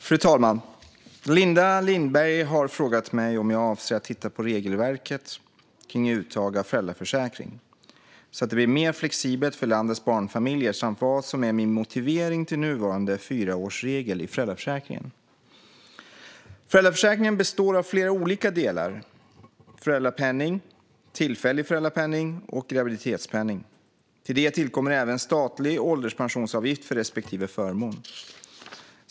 Fru talman! har frågat mig om jag avser att titta på regelverket kring uttag av föräldraförsäkring så att det blir mer flexibelt för landets barnfamiljer samt vad som är min motivering till nuvarande fyraårsregel i föräldraförsäkringen. Föräldraförsäkringen består av flera olika delar: föräldrapenning, tillfällig föräldrapenning och graviditetspenning. Till det tillkommer även statlig ålderspensionsavgift för respektive förmån.